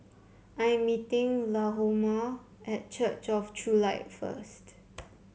I am meeting Lahoma at Church of True Light first